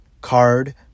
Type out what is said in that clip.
card